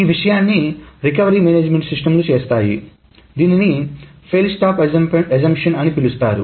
ఈ విషయాన్ని recovery management సిస్టమ్లు చేస్తాయి దీనిని ఫెయిల్ స్టాప్ అజంప్షన్ అని పిలుస్తారు